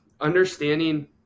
understanding